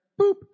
boop